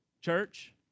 church